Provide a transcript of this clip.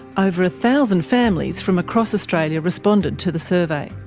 over a thousand families from across australia responded to the survey.